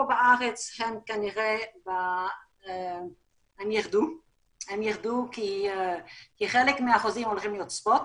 בארץ הם כנראה יירדו כי חלק מהחוזים הולכים להיות ספוטס